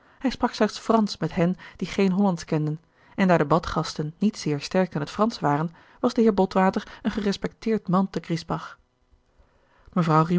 hij sprak slechts fransch met hen die geen hollandsch kenden en daar de badgasten niet zeer sterk in het fransch waren was de heer botwater een gerespecteerd man te griesbach mevrouw